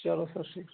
چَلو چَلو شُکر